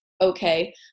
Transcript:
okay